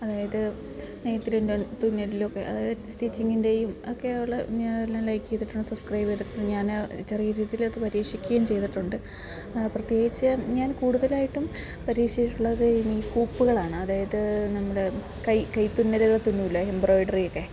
അതായത് നെയ്ത്തിൻ്റെ തുന്നലിലൊക്കെ അതായത് സ്റ്റിച്ചിങ്ങിൻ്റെയും ഒക്കെയുള്ള ഞൻ എല്ലാം ലൈക്ക് ചെയ്തിട്ടുണ്ട് സബ്സ്ക്രൈബ് ചെയ്തിട്ടൂണ്ട് ഞാൻ ചെറിയ രീതിയിൽ അത് പരീക്ഷിക്കുകയും ചെയ്തിട്ടുണ്ട് പ്രത്യേകിച്ചു ഞാൻ കൂടുതലായിട്ടും പരീക്ഷിച്ചിട്ടുള്ളത് ഈ ഹൂപ്പുകളാണ് അതായത് നമ്മുടെ കൈ കൈ തുന്നലുകൾ തുന്നില്ലെ എംബ്രോയിഡറിയൊക്കെ